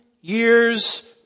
years